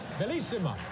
Bellissima